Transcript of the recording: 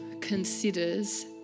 considers